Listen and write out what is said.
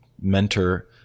mentor